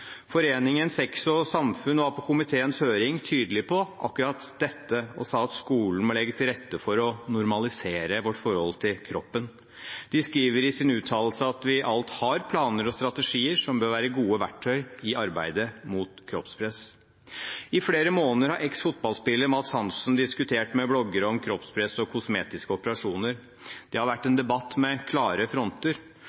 Foreningen Sex og samfunn var på komiteens høring tydelige på akkurat dette, og sa at skolen må legge til rette for å normalisere vårt forhold til kroppen. De skriver i sin uttalelse at vi alt har planer og strategier som bør være gode verktøy i arbeidet mot kroppspress. I flere måneder har eksfotballspiller Mads Hansen diskutert med bloggere om kroppspress og kosmetiske operasjoner. Det har vært en